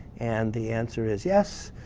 and the answer's yes,